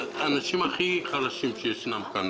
האנשים הכי חלשים שישנם כאן.